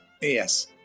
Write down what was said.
Yes